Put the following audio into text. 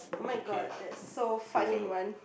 oh-my-God that's so five in one